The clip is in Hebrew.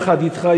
יחד אתך,